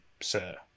sir